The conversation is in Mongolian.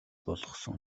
болгосон